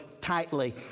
tightly